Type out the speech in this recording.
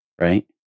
right